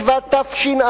ה' בשבט תש"ע,